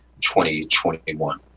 2021